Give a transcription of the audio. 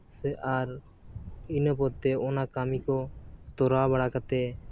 ᱥᱮ ᱟᱨ ᱤᱱᱟᱹᱯᱚᱛᱮ ᱚᱱᱟ ᱠᱟᱹᱢᱤ ᱠᱚ ᱛᱚᱨᱟᱣ ᱵᱟᱲᱟ ᱠᱟᱛᱮᱫ